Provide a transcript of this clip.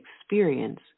experience